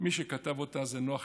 מי שכתב אותה זה נח קליגר,